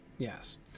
Yes